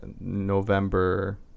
november